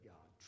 God